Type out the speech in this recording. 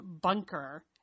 bunker